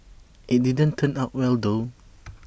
IT didn't turn out well though